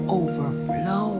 overflow